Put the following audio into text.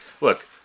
look